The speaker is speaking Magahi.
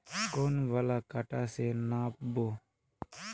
कौन वाला कटा से नाप बो?